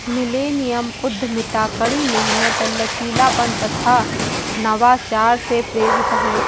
millennium उद्यमिता कड़ी मेहनत, लचीलापन तथा नवाचार से प्रेरित है